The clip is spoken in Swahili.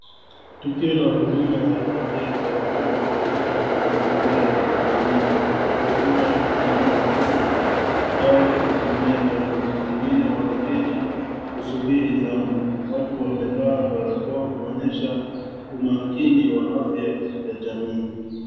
Tukio la huduma za afya kwa watoto katika mazingira ya kijamii. Mtu wa huduma anampa mtoto dawa kwa kutumia tone, mwingine wameketi kusubiri zamu. Watu wamevaa barakoa kuonyesha umakini wa afya ya jamii.